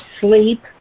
sleep